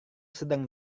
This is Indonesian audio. sedang